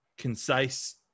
concise